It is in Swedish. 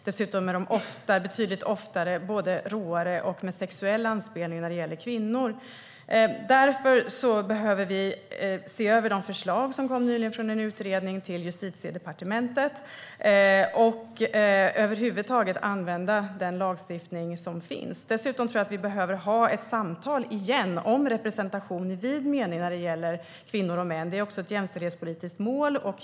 Dessutom är de ofta betydligt råare och har sexuell anspelning när det gäller kvinnor. Därför behöver vi se över de förslag som nyligen kom från en utredning till Justitiedepartementet. Vi behöver över huvud taget använda den lagstiftning som finns. Dessutom tror jag att vi igen behöver ha ett samtal om representation i vid mening när det gäller kvinnor och män. Det är också ett jämställdhetspolitiskt mål.